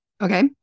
Okay